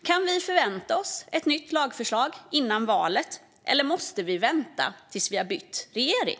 Kan vi förvänta oss ett nytt lagförslag före valet, eller måste vi vänta tills vi har bytt regering?